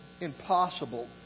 impossible